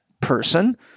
person